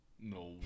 No